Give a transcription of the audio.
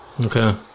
Okay